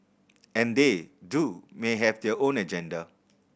and they too may have their own agenda